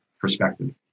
perspective